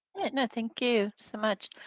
and thank you so much.